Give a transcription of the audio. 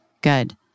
good